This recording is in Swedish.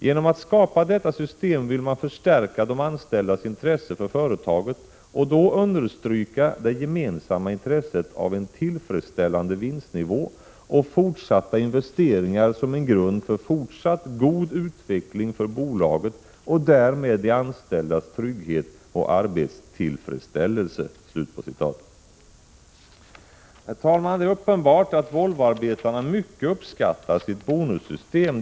Genom att skapa detta system vill man förstärka de anställdas intresse för företaget och då understryka det gemensamma intresset av en tillfredsställande vinstnivå och fortsatta investeringar som en grund för fortsatt god utveckling för bolaget och därmed de anställdas trygghet och arbetstillfredsställelse.” Herr talman! Det är uppenbart att Volvoarbetarna mycket uppskattar sitt bonussystem.